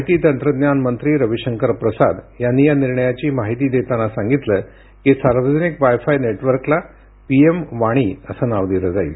माहिती तंत्रज्ञान मंत्री रवी शंकर प्रसाद यांनी या निर्णयाची माहिती देताना सांगितलं की सार्वजनिक वाय फाय नेटवर्कला पीएम वाणी असे नाव दिले जाईल